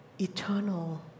eternal